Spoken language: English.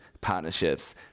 partnerships